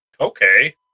Okay